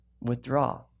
withdraw